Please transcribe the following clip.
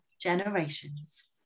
generations